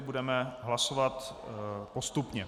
Budeme hlasovat postupně.